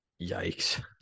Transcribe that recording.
Yikes